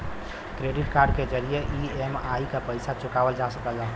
credit card के जरिये EMI क पइसा चुकावल जा सकला